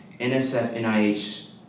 NSF-NIH